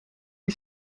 die